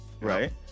right